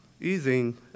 easing